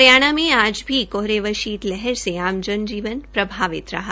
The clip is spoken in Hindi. हरियाणा में आज भी कोहरे व शीत लहर से आम जन जीवन प्रभावित रहा